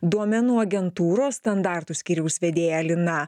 duomenų agentūros standartų skyriaus vedėja lina